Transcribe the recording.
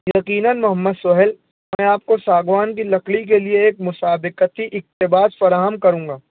یقیناً محمد سہیل میں آپ کو ساگوان کی لکڑی کے لیے ایک مسابقتی اقتباس فراہم کروں گا